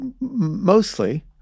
mostly